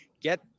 get